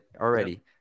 already